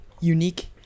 unique